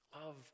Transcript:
Love